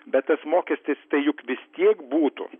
bet tas mokestis tai juk vis tiek būtų